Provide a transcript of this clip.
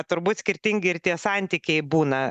turbūt skirtingi ir tie santykiai būna